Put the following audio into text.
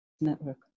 Network